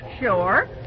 Sure